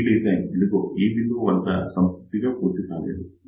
ఈ డిజైన్ ఇదిగో ఈ బిందువు వద్ద సంపూర్తిగా పూర్తి కాలేదు